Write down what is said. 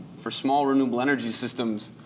for small renewable energy systems,